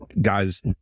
guys